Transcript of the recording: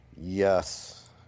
Yes